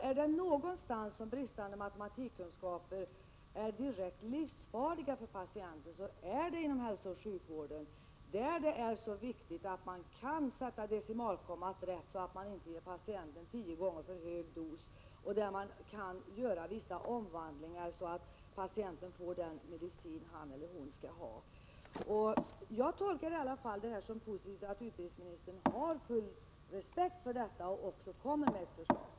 Är det någonstans bristande matematikkunskaper är direkt livsfarliga för patienten, så är det inom hälsooch sjukvården, där det är så viktigt att man kan sätta decimalkommat rätt och inte ger patienten tio gånger för hög dos. En sjuksköterska måste kunna göra vissa omvandlingar så att patienten får rätt dos av den medicin som han eller hon skall ha. Det är positivt att utbildningsministern har full respekt för utbildningskraven och kommer att framlägga ett förslag.